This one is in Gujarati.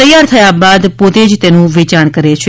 તૈયાર થયા બાદ પોતે જ તેનું વેચાણ કરે છે